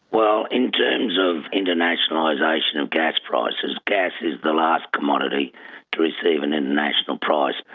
well, in terms of internationalisation of gas prices, gas is the last commodity to receive an international price,